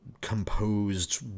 composed